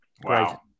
Wow